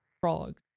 Frog